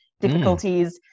difficulties